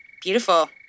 Beautiful